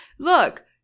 Look